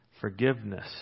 forgiveness